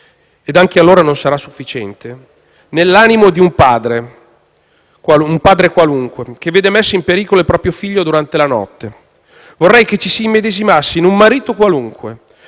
ed anche allora non sarà sufficiente - nell'animo di un padre qualunque che vede messo in pericolo il proprio figlio durante la notte; vorrei che ci si immedesimasse in un marito qualunque